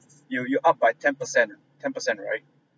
you you up by ten percent ten percent right